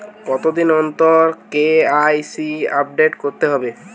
কতদিন অন্তর KYC update করতে হবে?